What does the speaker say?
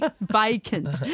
vacant